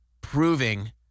proving